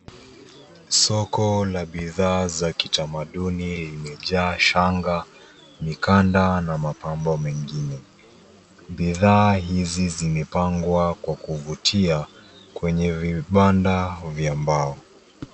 Soko la bidhaa za kithamaduni lime jaa shanga, mikanda na mapambo mengine. Bidhaa hizi zimepangwa kwa kuvutia kwenye vipanda vya mbao.